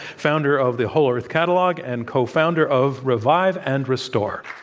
founder of the whole earth catalogue, and cofounder of revive and restore.